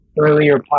earlier